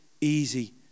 easy